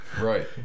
right